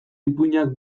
ipuinak